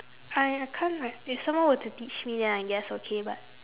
I I can't like if someone were to teach me then I guess okay but